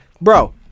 Bro